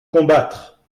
combattre